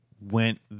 went